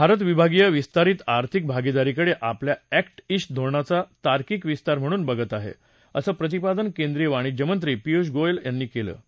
भारत विभागीय विस्तारित आर्थिक भागिदारीकडे आपल्या अक्ष्ट उन्टे उन्टे धोरणाचा तार्किक विस्तार म्हणून बघत आहे असं प्रतिपादन केंद्रीय वाणिज्यमंत्री पियुष गोयल यांनी केलं आहे